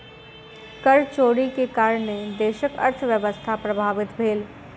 कर चोरी के कारणेँ देशक अर्थव्यवस्था प्रभावित भेल